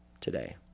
today